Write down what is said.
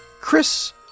Chris